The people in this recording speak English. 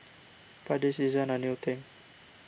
but this isn't a new thing